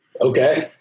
Okay